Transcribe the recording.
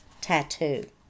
tattoo